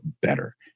better